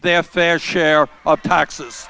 their fair share of taxes